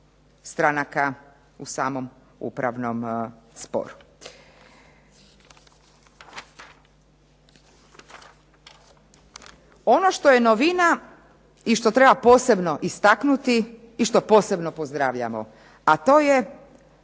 stranaka u samom upravnom sporu. Ono što je novina i što treba posebno istaknuti i što posebno pozdravljamo, a to je